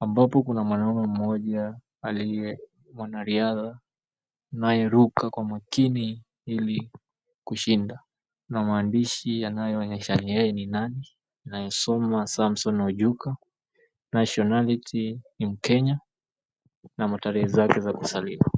ambapo kuna mwanaume mmoja aliye mwanariadha anayeruka kwa makini ili kushinda na maandishi yanayoonyeshana yeye ni nani, yanayesomwa Samson Ojuka, nationality ni mkenya na matarehe zake za kuzaliwa.